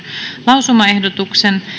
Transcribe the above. lausumaehdotuksen